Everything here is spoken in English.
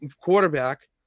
quarterback